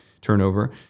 turnover